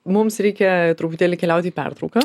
mums reikia truputėlį keliauti į pertrauką